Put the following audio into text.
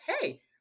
hey